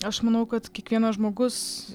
aš manau kad kiekvienas žmogus